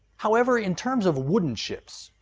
however in terms of wooden ships,